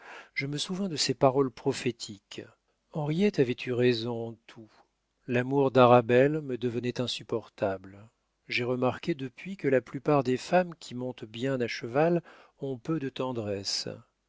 je me souvins de ses paroles prophétiques henriette avait eu raison en tout l'amour d'arabelle me devenait insupportable j'ai remarqué depuis que la plupart des femmes qui montent bien à cheval ont peu de tendresse